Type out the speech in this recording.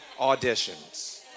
auditions